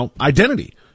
identity